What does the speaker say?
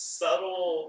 subtle